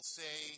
say